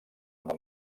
del